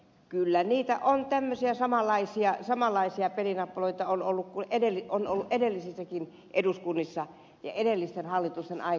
kyllä tämmöisiä samanlaisia pelinappuloita on ollut edellisissäkin eduskunnissa ja edellisten hallitusten aikana